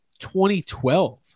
2012